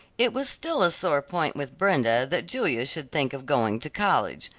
it was still a sore point with brenda that julia should think of going to college.